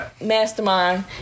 mastermind